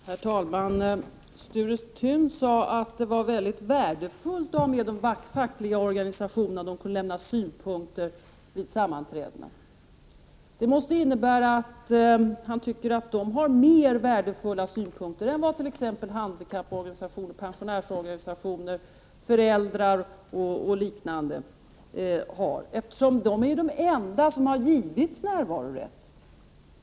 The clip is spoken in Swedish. Herr talman! Sture Thun sade att det var mycket värdefullt att ha med de fackliga organisationerna vid sammanträdena och höra deras synpunkter. Det måste innebära att han tycker att de har mer värdefulla synpunkter än vad t.ex. handikapporganisationer, pensionärsorganisationer och föräldrar har, eftersom de fackliga organisationerna är de enda som givits närvarorätt.